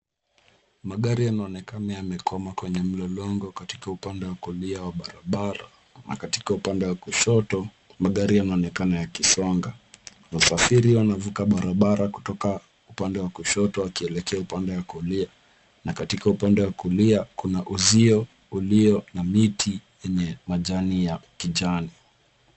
Magari yanaonekana yamekwama kwenye mlolongo katika upande wa kulia wa barabara na katika upande wa kushoto magari yanaonekana yakisonga. Wasafiri wanavuka barabara kutoka upande wa kushoto wakielekea upande wa kulia na katika upande wa kulia kuna uzio ulio na mti wenye majani ya kijani.